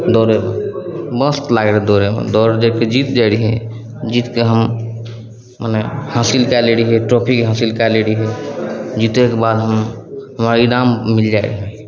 दौड़ैमे मस्त लागै रहै दौड़ैमे दौड़मे जीति जाए रहिए जीतिके हम मने हासिल कै लै रहिए ट्रॉफी हासिल कै लै रहिए जितैके बाद हम हमरा इनाम मिलि जाए रहै